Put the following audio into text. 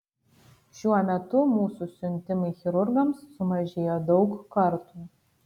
šiuo metu mūsų siuntimai chirurgams sumažėjo daug kartų